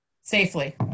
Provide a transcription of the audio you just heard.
safely